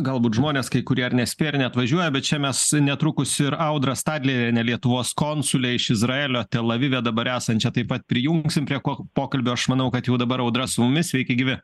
galbūt žmonės kai kurie ar nespėja ar neatvažiuoja bet čia mes netrukus ir audrą stadlerienę lietuvos konsulę iš izraelio tel avive dabar esančią taip pat prijungsim prie ko pokalbio aš manau kad jau dabar audra su mumis sveiki gyvi